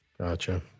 gotcha